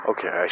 Okay